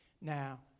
Now